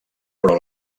però